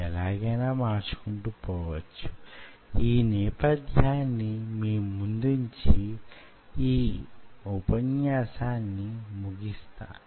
అలా అయితే ఆ వంపును మీరు యే విధంగా కొలవగలరు